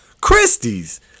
Christie's